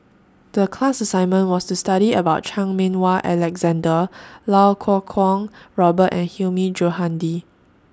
The class assignment was to study about Chan Meng Wah Alexander Lau Kuo Kwong Robert and Hilmi Johandi